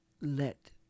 let